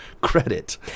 credit